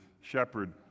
shepherd